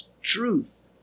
truth